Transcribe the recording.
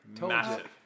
Massive